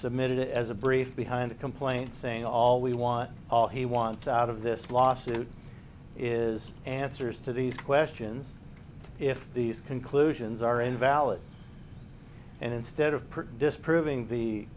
submitted it as a brief behind the complaint saying all we want all he wants out of this lawsuit is answers to these questions if these conclusions are invalid and instead of put disproving the